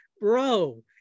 bro